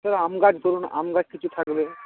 ধরো আম গাছ ধরুন আম গাছ কিছু থাকবে